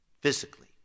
Physically